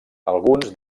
alguns